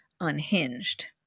unhinged